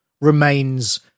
remains